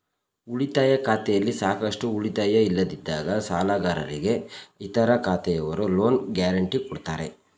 ಉಳಿತಾಯ ಖಾತೆಯಲ್ಲಿ ಸಾಕಷ್ಟು ಉಳಿತಾಯ ಇಲ್ಲದಿದ್ದಾಗ ಸಾಲಗಾರರಿಗೆ ಇತರ ಖಾತೆಯವರು ಲೋನ್ ಗ್ಯಾರೆಂಟಿ ಕೊಡ್ತಾರೆ